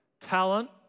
talent